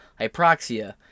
hypoxia